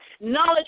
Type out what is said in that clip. knowledge